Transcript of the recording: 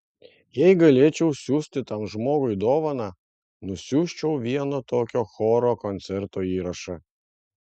jei galėčiau siųsti tam žmogui dovaną nusiųsčiau vieno tokio choro koncerto įrašą